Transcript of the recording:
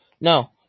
No